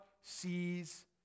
sees